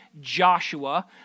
Joshua